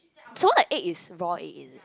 some more like egg is raw egg is it